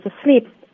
asleep